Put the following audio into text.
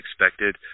expected